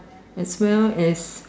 as well as